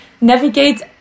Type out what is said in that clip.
navigate